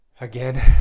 again